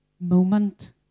moment